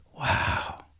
wow